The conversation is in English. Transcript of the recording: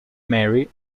mary